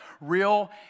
real